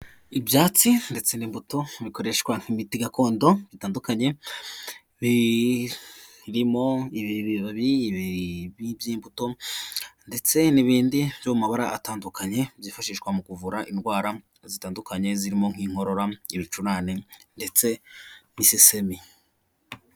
Ibyatsi ndetse n'imbuto bikoreshwa nk'imiti gakondo bitandukanye, birimo ibibabi by'imbuto ndetse n'ibindi byo mu mabara atandukanye, byifashishwa mu kuvura indwara zitandukanye zirimo nk'inkorora, ibicurane ndetse n'isesemi.